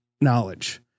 Knowledge